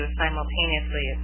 simultaneously